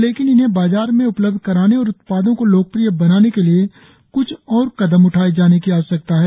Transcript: लेकिन इन्हें बाजार में उपलब्ध कराने और उत्पादों को लोकप्रिय बनाने के लिए क्छ और कदम उठाए जाने की आवश्यकता है